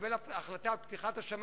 לקבל החלטה על פתיחת השמים,